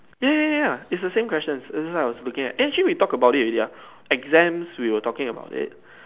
ya ya ya it's the same questions that's why I was looking at actually we talked about it already ah exams we were talking about it